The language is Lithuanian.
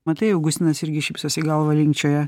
matai augustinas irgi šypsosi galvą linkčioja